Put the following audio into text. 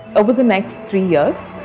over the next three years,